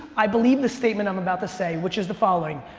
i believe this statement i'm about to say, which is the following,